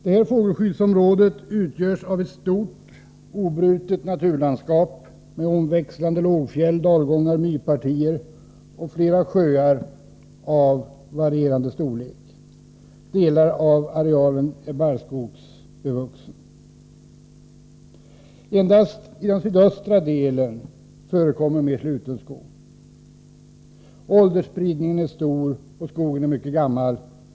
Detta fågelskyddsområde utgörs av ett stort obrutet naturlandskap med omväxlande lågfjäll, dalgångar, myrpartier och flera sjöar av varierande storlek. Delar av arealen är barrskogsbevuxen. Endast i den sydöstra delen förekommer mer sluten skog. Åldersspridningen är stor, och skogen är mycket gammal.